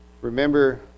Remember